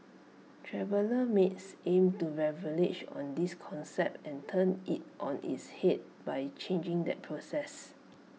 traveller mates aims to on this concept and turn IT on its Head by changing that process